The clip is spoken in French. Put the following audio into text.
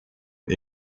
est